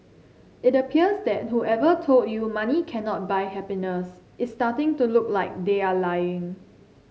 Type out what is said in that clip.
it appears that whoever told you money cannot buy happiness is starting to look like they are lying